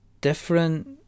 different